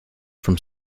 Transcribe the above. from